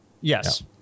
yes